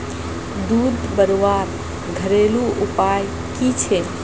दूध बढ़वार घरेलू उपाय की छे?